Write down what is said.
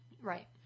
Right